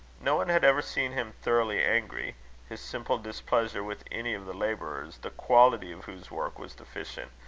no one had ever seen him thoroughly angry his simple displeasure with any of the labourers, the quality of whose work was deficient,